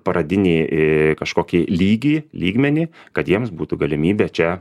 pradinį iii kažkokį lygį lygmenį kad jiems būtų galimybė čia